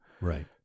Right